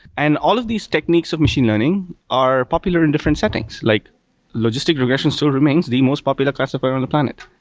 and all of these techniques of machine learning are popular in different settings. like logistic regression still remains the most popular classifier on the planet.